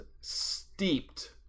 steeped